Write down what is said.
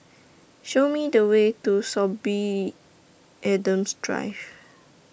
Show Me The Way to Sorby Adams Drive